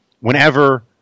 Whenever